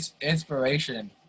inspiration